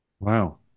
Wow